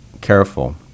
careful